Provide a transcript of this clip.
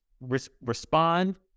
respond